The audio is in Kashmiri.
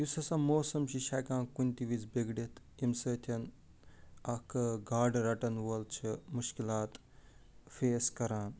یُس ہَسا موسم چھِ یہِ چھِ ہٮ۪کان کُنہِ تہِ وِزِ بِگڑِتھ ییٚمہِ سۭتۍ اکھ گاڈٕ رَٹن وول چھِ مُشکِلات فیس کَران